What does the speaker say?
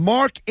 Mark